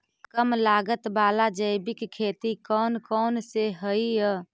कम लागत वाला जैविक खेती कौन कौन से हईय्य?